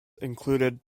included